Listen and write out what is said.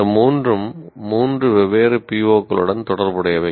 இந்த மூன்றும் மூன்று வெவ்வேறு PO களுடன் தொடர்புடையவை